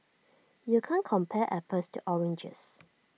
you can't compare apples to oranges